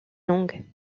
longue